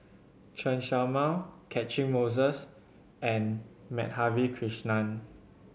Chen Show Mao Catchick Moses and Madhavi Krishnan